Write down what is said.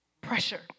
pressure